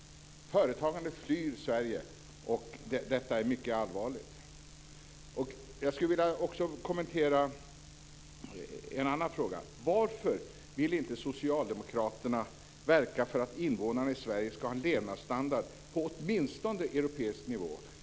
Företagandet flyr Sverige, och detta är mycket allvarligt. Jag skulle också vilja kommentera en annan fråga. Varför vill inte socialdemokraterna verka för att invånarna i Sverige ska ha en levnadsstandard på åtminstone europeisk nivå?